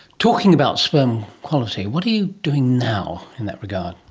talking about sperm quality, what are you doing now in that regard?